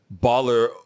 baller